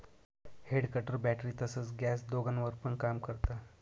head cutter battery तसच gas दोघांवर पण काम करत